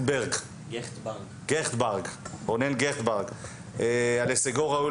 נעניק תעודה על הישגיו.